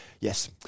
yes